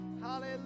hallelujah